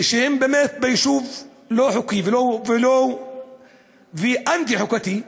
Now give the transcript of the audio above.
שהם באמת ביישוב לא חוקי ואנטי חוקתי.